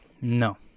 No